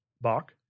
Bach